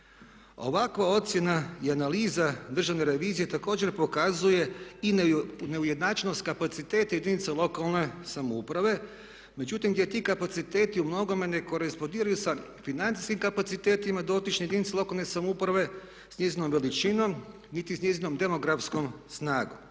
Ovakva ocjena i analiza Državne revizije također pokazuje i neujednačenost kapaciteta jedinica lokalne samouprave, međutim gdje ti kapaciteti umnogome ne korespondiraju sa financijskim kapacitetima dotične jedinice lokalne samouprave, s njezinom veličinom, niti s njezinom demografskom snagom.